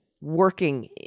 working